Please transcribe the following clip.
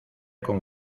con